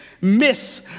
miss